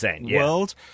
world